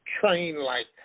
train-like